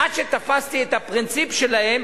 עד שתפסתי את הפרינציפ שלהם,